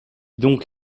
donc